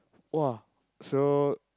!wah! so